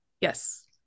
yes